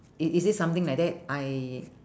i~ is it something like that I